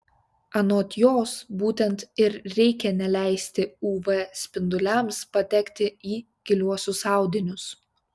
anot jos būtent ir reikia neleisti uv spinduliams patekti į giliuosius audinius